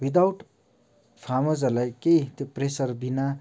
without फारमर्सहरूलाई केही त्यो प्रेसरबिना